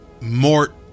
Mort